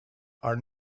are